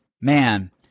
man